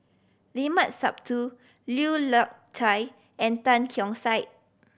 Limat Sabtu Lui and Tan Keong Saik